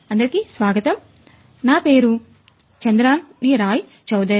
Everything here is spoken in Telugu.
అందరికీ స్వాగతం నా పేరు చంద్రాని రాయ్ చౌదరి